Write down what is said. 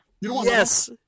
yes